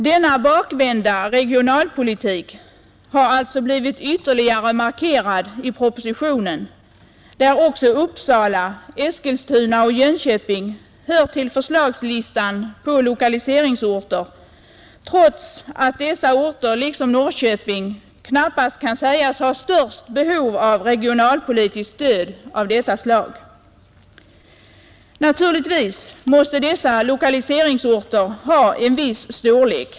Denna bakvända regionalpolitik har alltså blivit ytterligare markerad i propositionen, där också Uppsala, Eskilstuna och Jönköping hör till förslagslistan på lokaliseringsorter, trots att dessa orter liksom Norrköping knappast kan sägas ha störst behov av regionalpolitiskt stöd av detta slag. Naturligtvis måste dessa lokaliseringsorter ha en viss storlek.